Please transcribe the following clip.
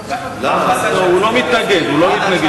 הוא לא מתנגד.